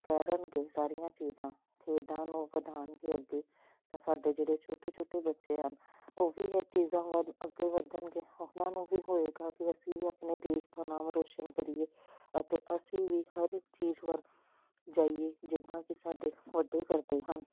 ਕਰਨਗੇ ਸਾਰੀਆਂ ਚੀਜ਼ਾਂ ਖੇਡਾਂ ਨੂੰ ਵਧਾਉਣਗੇ ਅੱਗੇ ਤਾਂ ਸਾਡੇ ਜਿਹੜੇ ਛੋਟੇ ਛੋਟੇ ਬੱਚੇ ਹਨ ਉਹ ਵੀ ਹੈ ਚੀਜ਼ਾਂ ਵੱਲ ਅੱਗੇ ਵਧਣਗੇ ਉਹਨਾਂ ਨੂੰ ਵੀ ਹੋਵੇਗਾ ਵੀ ਅਸੀਂ ਵੀ ਆਪਣੇ ਦੇਸ਼ ਤੋਂ ਨਾਮ ਰੋਸ਼ਨ ਕਰੀਏ ਅਤੇ ਅਸੀਂ ਵੀ ਹਰ ਇੱਕ ਚੀਜ਼ ਵੱਲ ਜਾਈਏ ਜਿੱਦਾਂ ਕਿ ਸਾਡੇ ਵੱਡੇ ਕਰਦੇ ਹਨ